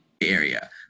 area